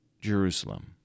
Jerusalem